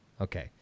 Okay